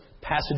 passage